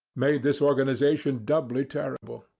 made this organization doubly terrible.